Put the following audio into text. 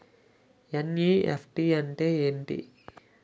NEFT అంటే ఎంటి?